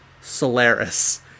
Solaris